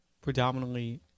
predominantly